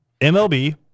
MLB